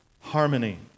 harmony